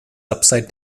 upside